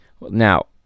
Now